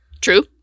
True